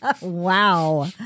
Wow